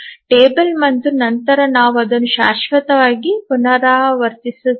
table ಮತ್ತು ನಂತರ ನಾವು ಅದನ್ನು ಶಾಶ್ವತವಾಗಿ ಪುನರಾವರ್ತಿಸುತ್ತೇವೆ